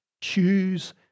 Choose